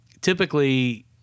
typically